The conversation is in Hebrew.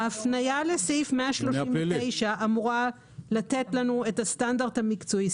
ההפניה לסעיף 139 אמורה לתת לנו את הסטנדרט המקצועי.